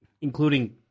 including